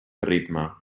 ritme